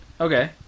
Okay